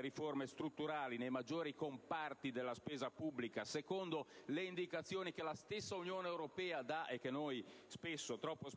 riforme strutturali nei maggiori comparti della spesa pubblica, secondo le indicazioni della stessa Unione europea (che noi troppo spesso